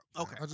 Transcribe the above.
Okay